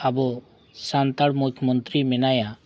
ᱟᱵᱚ ᱥᱟᱱᱛᱟᱲ ᱢᱩᱠᱷᱭᱚ ᱢᱚᱱᱛᱨᱤ ᱢᱮᱱᱟᱭᱟ